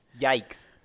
Yikes